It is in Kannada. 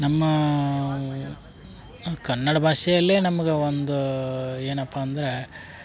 ನಮ್ಮ ಕನ್ನಡ ಭಾಷೆಯಲ್ಲೆ ನಮ್ಗೆ ಒಂದು ಏನಪ್ಪ ಅಂದರೆ